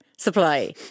Supply